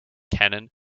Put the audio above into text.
canon